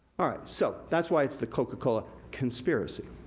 all right, so, that's why it's the coca cola conspiracy.